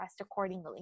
accordingly